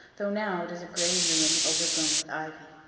though now it is a grey ruin overgrown with ivy.